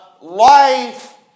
life